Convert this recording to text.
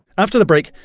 after the break,